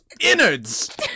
innards